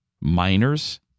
minors